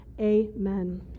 amen